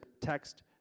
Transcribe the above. text